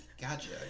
Gotcha